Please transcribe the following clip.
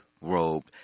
robe